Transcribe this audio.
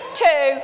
two